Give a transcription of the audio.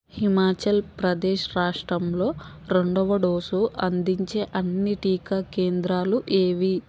హిమాఛల్ప్రదేశ్ రాష్ట్రంలో రెండవ డోసు అందించే అన్ని టీకా కేంద్రాలు ఏవి